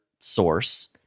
source